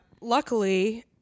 luckily